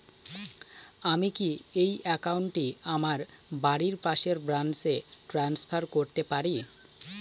আমি কি এই একাউন্ট টি আমার বাড়ির পাশের ব্রাঞ্চে ট্রান্সফার করতে পারি?